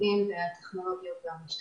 המודיעין וטכנולוגיות של המשטרה.